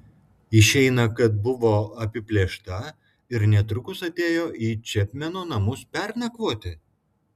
išeina kad buvo apiplėšta ir netrukus atėjo į čepmeno namus pernakvoti